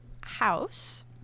house